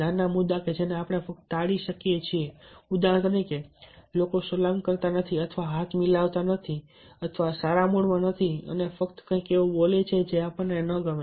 નાના મુદ્દાઓ કે જેને આપણે ફક્ત ટાળી શકીએ છીએ ઉદાહરણ તરીકે લોકો સલામ કરતા નથી અથવા હાથ મિલાવતા નથી અથવા સારા મૂડમાં નથી અને ફક્ત કંઈક એવું બોલે છે જે આપણને ન ગમે